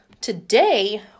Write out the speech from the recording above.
Today